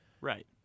Right